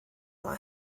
yma